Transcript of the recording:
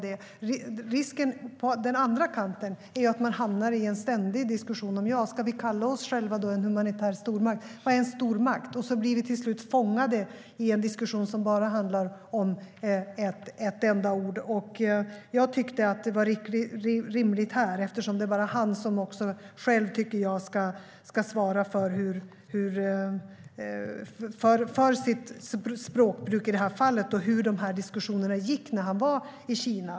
Risken på den andra kanten är att man hamnar i en ständig diskussion. Ska vi kalla oss själva en humanitär stormakt? Vad är en stormakt? Till slut blir vi fångade i en diskussion som bara handlar om ett enda ord. Jag tyckte att det var rimligt här, eftersom jag tycker att det bara är statsministern själv som ska svara för sitt språkbruk i det här fallet och för hur diskussionerna gick när han var i Kina.